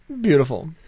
Beautiful